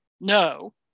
no